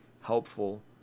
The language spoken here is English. helpful